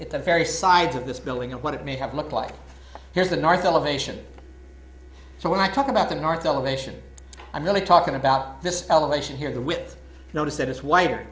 the very sides of this building and what it may have looked like here's the north elevation so when i talk about the north elevation i'm really talking about this elevation here with notice that it's wider